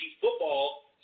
football